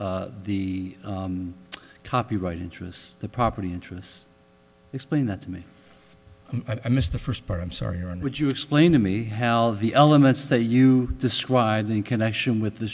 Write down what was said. of the copyright interests the property interests explain that to me i missed the first part i'm sorry or and would you explain to me how the elements that you described in connection with th